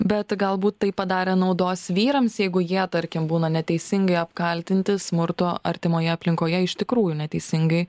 bet galbūt tai padarę naudos vyrams jeigu jie tarkim būna neteisingai apkaltinti smurto artimoje aplinkoje iš tikrųjų neteisingai